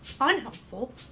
unhelpful